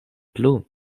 plu